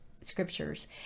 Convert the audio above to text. scriptures